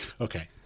Okay